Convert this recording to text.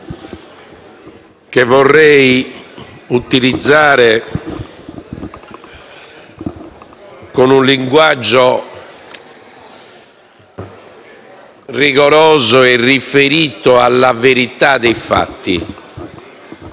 minuti, utilizzando un linguaggio rigoroso e riferito alla verità dei fatti.